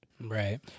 right